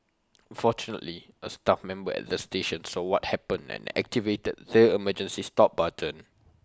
fortunately A staff member at the station saw what happened and activated the emergency stop button